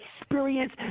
experience